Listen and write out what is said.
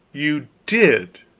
you did?